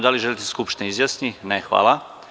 Da li želite da se Skupština izjasni? (Ne) Hvala.